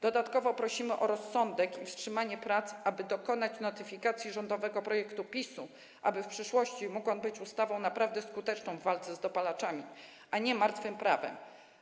Dodatkowo prosimy o rozsądek i wstrzymanie prac, aby dokonać notyfikacji rządowego projektu PiS, aby w przyszłości mógł on być ustawą naprawdę skuteczną w walce z dopalaczami, a nie martwym prawem.